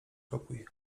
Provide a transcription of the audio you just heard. pokój